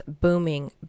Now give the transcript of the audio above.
booming